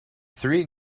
three